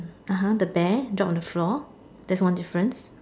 (uh huh) the bear drop on the floor that's one difference